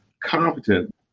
competent